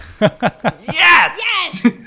Yes